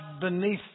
beneath